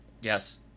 Yes